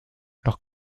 leur